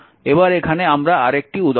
এবার এখানে আমরা আরেকটি উদাহরণ নিচ্ছি